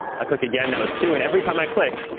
i click again. now it's two. and every time i click,